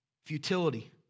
Futility